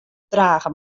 drage